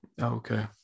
Okay